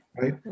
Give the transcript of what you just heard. right